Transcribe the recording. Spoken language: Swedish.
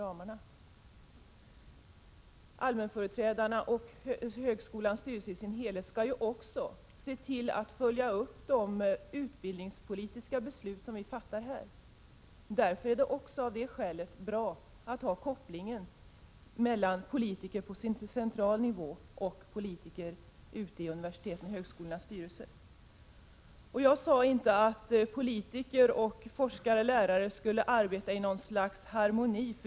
Allmänföreträdarna och högskolans styrelse i sin helhet skall också följa upp de utbildningspolitiska beslut som vi fattar här. Även av det skälet är det bra med en koppling mellan politiker på central nivå och politiker ute i universitetens och högskolornas styrelser. Jag har inte sagt att politiker, forskare och lärare skall arbeta i något slags harmoni.